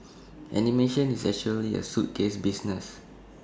animation is actually A suitcase business